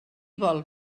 vol